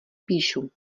píšu